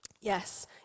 Yes